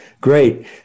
Great